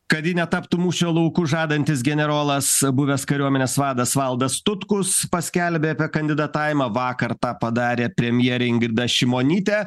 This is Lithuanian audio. kad ji netaptų mūšio lauku žadantis generolas buvęs kariuomenės vadas valdas tutkus paskelbė apie kandidatavimą vakar tą padarė premjerė ingrida šimonytė